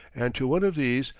and to one of these,